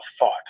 thought